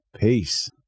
peace